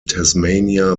tasmania